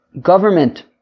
government